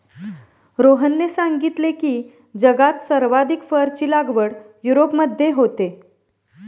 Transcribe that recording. रोहनने सांगितले की, जगात सर्वाधिक फरची लागवड युरोपमध्ये होते